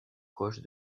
proche